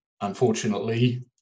Unfortunately